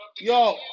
Yo